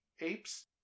apes